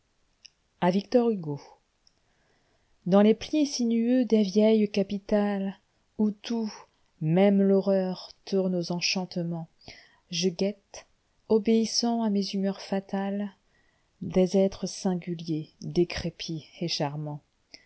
dans les plis sinueux des vieilles capitales où tout même l'horreur tourne aux enchantements je guette obéissant à mes humeurs fatales des êtres singuliers décrépits et charmants